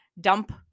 dump